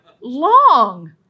long